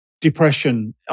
depression